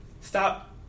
stop